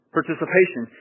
Participation